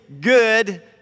good